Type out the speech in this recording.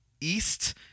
East